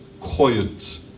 quiet